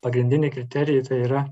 pagrindiniai kriterijai tai yra